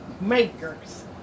makers